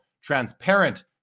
transparent